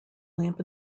lamp